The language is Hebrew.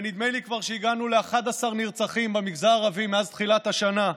ונדמה לי שכבר הגענו ל-11 נרצחים במגזר הערבי מאז תחילת השנה,